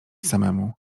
się